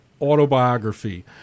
autobiography